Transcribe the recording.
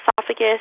esophagus